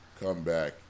comeback